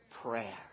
Prayer